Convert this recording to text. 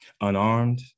Unarmed